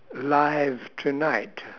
live tonight